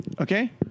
Okay